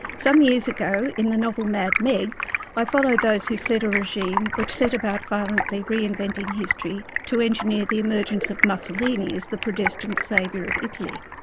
some years ago, in the novel mad meg i followed those who fled a regime which set about violently reinventing history to engineer the emergence of mussolini as the predestined saviour of italy.